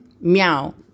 Meow